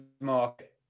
market